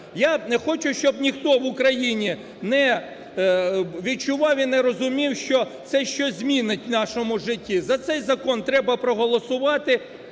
Я хочу, щоб ніхто в Україні не відчував і не розумів, що це щось змінить в нашому житті. За цей закон треба проголосувати,